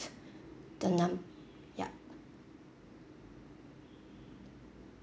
the num yup